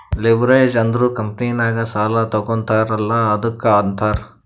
leverage ಅಂದುರ್ ಕಂಪನಿನಾಗ್ ಸಾಲಾ ತಗೋತಾರ್ ಅಲ್ಲಾ ಅದ್ದುಕ ಅಂತಾರ್